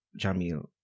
Jamil